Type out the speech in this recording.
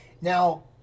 Now